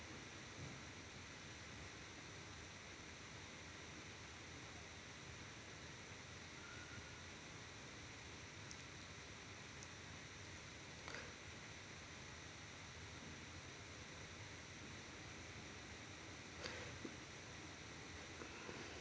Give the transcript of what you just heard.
z